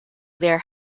their